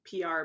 PR